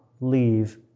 leave